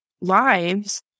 lives